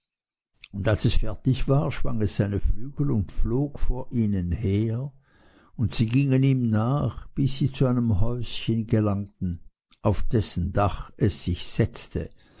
und als es fertig war schwang es seine flügel und flog vor ihnen her und sie gingen ihm nach bis sie zu einem häuschen gelangten auf dessen dach es sich setzte